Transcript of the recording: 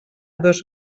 dos